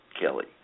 Kelly